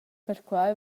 perquai